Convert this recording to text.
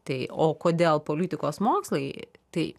tai o kodėl politikos mokslai tai